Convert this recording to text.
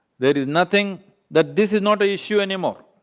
there is nothing that this is not a issue anymore.